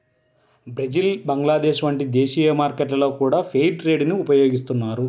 Brazil Bangladesh వంటి దేశీయ మార్కెట్లలో గూడా ఫెయిర్ ట్రేడ్ ని ఉపయోగిత్తన్నారు